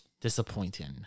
Disappointing